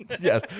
Yes